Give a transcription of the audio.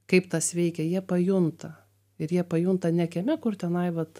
kaip tas veikia jie pajunta ir jie pajunta ne kieme kur tenai vat